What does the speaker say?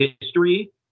history